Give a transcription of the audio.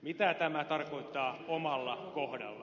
mitä tämä tarkoittaa omalla kohdalla